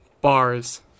Bars